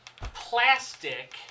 plastic